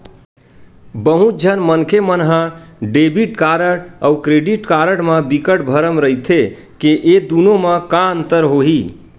बहुत झन मनखे मन ह डेबिट कारड अउ क्रेडिट कारड म बिकट भरम रहिथे के ए दुनो म का अंतर होही?